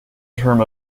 term